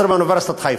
15 באוניברסיטת חיפה.